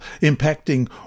impacting